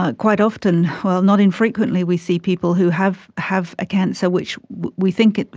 ah quite often, well, not infrequently we see people who have have a cancer which we think,